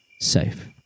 safe